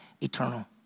eternal